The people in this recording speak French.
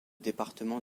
département